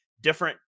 different